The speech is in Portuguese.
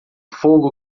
fogo